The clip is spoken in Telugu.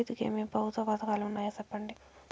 రైతుకు ఏమేమి ప్రభుత్వ పథకాలు ఉన్నాయో సెప్పండి?